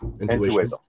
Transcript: Intuition